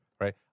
right